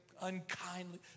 unkindly